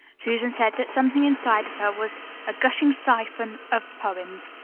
susan said that something inside of her was a gushing siphon of poems,